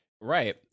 Right